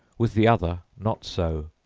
with the other not so,